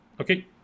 Okay